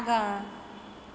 आगाँ